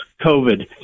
COVID